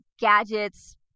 gadgets